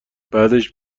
بعدش